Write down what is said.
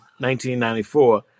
1994